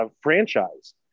franchise